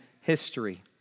history